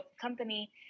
company